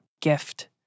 gift